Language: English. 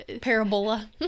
Parabola